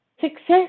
Success